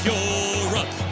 Europe